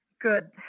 good